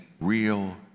real